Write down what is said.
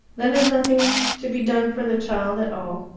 then is nothing to be done for the child at all?